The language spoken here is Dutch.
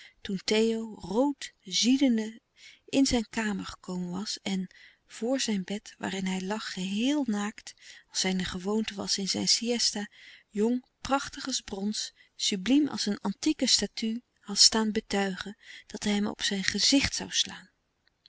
toen theo rood ziedende in zijn kamer gekomen was en vor zijn bed waarin hij lag geheel naakt als zijne gewoonte was in zijn siësta jong prachtig als brons subliem als een antieke statue had staan betuigen dat hij hem op zijn gezicht zoû slaan